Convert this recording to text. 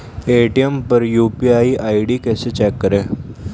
Paytm पर UPI ID कैसे check करें?